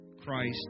Christ